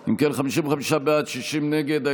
אם כן, 55 בעד, 60 נגד.